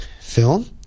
film